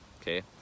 okay